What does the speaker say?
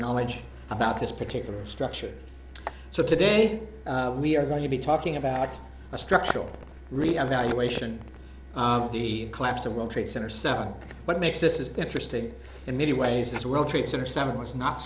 knowledge about this particular structure so today we are going to be talking about a structural reevaluation of the collapse of world trade center seven what makes this is interesting in many ways this world trade center summit was not